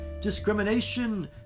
discrimination